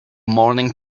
morning